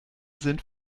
sind